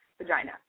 vagina